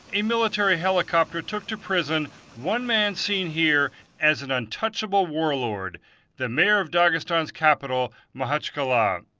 a military helicopter took to prison one man seen here as an untouchable warlord the mayor of dagestan's capital, makhachkala.